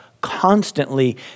constantly